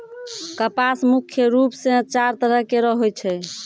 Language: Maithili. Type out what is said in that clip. कपास मुख्य रूप सें चार तरह केरो होय छै